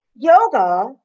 yoga